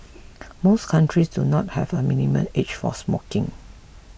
most countries do not have a minimum age for smoking